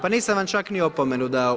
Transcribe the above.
Pa nisam vam čak ni opomenu dao.